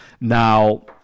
Now